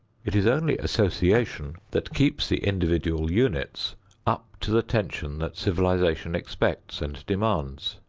it is only association that keeps the individual units up to the tension that civilization expects and demands.